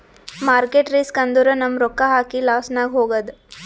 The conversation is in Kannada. ಮಾರ್ಕೆಟ್ ರಿಸ್ಕ್ ಅಂದುರ್ ನಮ್ ರೊಕ್ಕಾ ಹಾಕಿ ಲಾಸ್ನಾಗ್ ಹೋಗದ್